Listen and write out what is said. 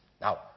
Now